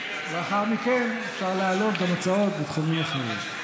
ולאחר מכן אפשר להעלות גם הצעות בתחומים אחרים.